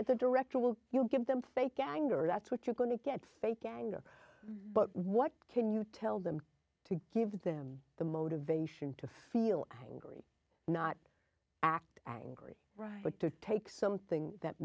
is a director will you give them fake anger that's what you're going to get fake anger but what can you tell them to give them the motivation to feel angry not act angry but to take something that